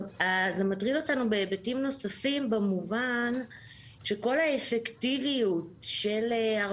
זה מטריד אותנו בהיבטים נוספים במובן שכל האפקטיביות של המאמץ,